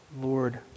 Lord